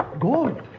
Gold